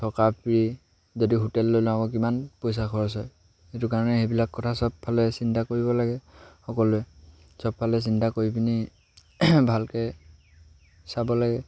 থকা ফ্ৰী যদি হোটেল লৈ লওঁ আকৌ কিমান পইচা খৰচ হয় সেইটো কাৰণে সেইবিলাক কথা চবফালে চিন্তা কৰিব লাগে সকলোৱে চবফালে চিন্তা কৰি পিনি ভালকৈ চাব লাগে